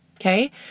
okay